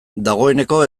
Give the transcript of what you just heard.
dagoeneko